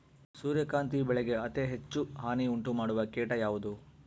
ಸೂರ್ಯಕಾಂತಿ ಬೆಳೆಗೆ ಅತೇ ಹೆಚ್ಚು ಹಾನಿ ಉಂಟು ಮಾಡುವ ಕೇಟ ಯಾವುದು?